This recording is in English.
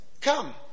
Come